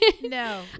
no